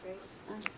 אבל כחול